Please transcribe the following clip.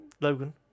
Logan